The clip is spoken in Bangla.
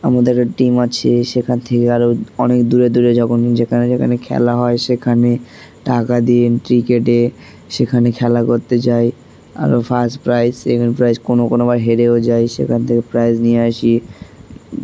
আমাদের একটা টিম আছে সেখান থেকে আরও অনেক দূরে দূরে যখন যেখানে যেখানে খেলা হয় সেখানে টাকা দিন ক্রিকেটে সেখানে খেলা করতে যাই আরও ফার্স্ট প্রাইজ সেকেন্ড প্রাইজ কোনো কোনোবার হেরেও যাই সেখান থেকে প্রাইজ নিয়ে আসি